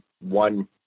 one